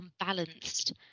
unbalanced